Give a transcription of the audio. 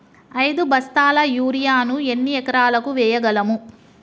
ఐదు బస్తాల యూరియా ను ఎన్ని ఎకరాలకు వేయగలము?